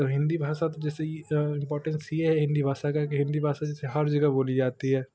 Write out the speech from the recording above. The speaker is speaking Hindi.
तो हिंदी भाषा तो जैसे ई इंपोर्टेंस ये है हिंदी भाषा का की हिंदी भाषा जैसे हर जगह बोली जाती है